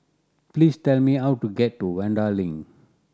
please tell me how to get to Vanda Link